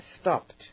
stopped